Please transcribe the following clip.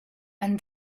and